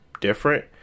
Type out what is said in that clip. different